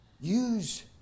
Use